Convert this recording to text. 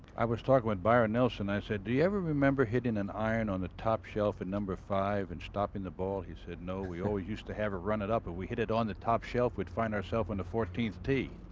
i was talking with byron nelson i said, do you ever remember hitting an iron on the top shelf on number five and stopping the ball? he said, no. we always used to have a run-it up. we hit it on the top shelf would find ourself on and the fourteenth tee.